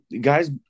guys